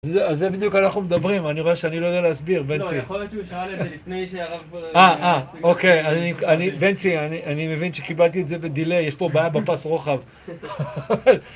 על זה בדיוק אנחנו מדברים, אני רואה שאני לא יודע להסביר, בנצי. לא, יכול להיות שהוא שאל את זה לפני שהרב פה... אה, אה, אוקיי, אני, אני, בנצי, אני, אני מבין שקיבלתי את זה בדיליי, יש פה בעיה בפס רוחב.